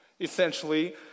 Essentially